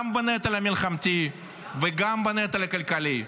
גם בנטל המלחמתי וגם בנטל הכלכלי,